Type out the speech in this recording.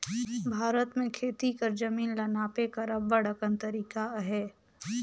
भारत में खेती कर जमीन ल नापे कर अब्बड़ अकन तरीका अहे